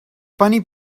bunny